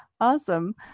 Awesome